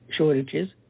shortages